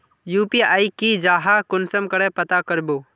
UPI की जाहा कुंसम करे पता करबो?